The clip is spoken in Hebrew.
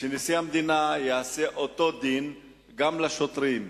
גם לשוטרים.